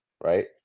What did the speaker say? right